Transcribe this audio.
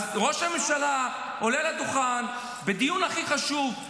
ראש הממשלה עולה לדוכן בדיון הכי חשוב,